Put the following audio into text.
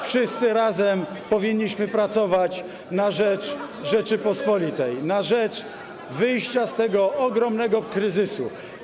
Wszyscy razem powinniśmy pracować na rzecz Rzeczypospolitej, na rzecz wyjścia z tego ogromnego kryzysu.